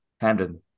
Hamden